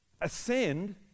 ascend